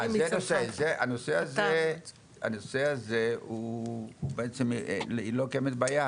בנושא הזה לא קיימת בעיה,